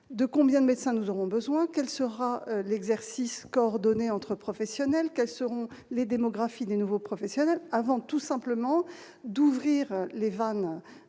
de combien de médecins nous aurons besoin, quel sera l'exercice coordonné entre professionnels, quels seront les démographie des nouveaux professionnels avant tout simplement d'ouvrir les vannes